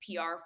PR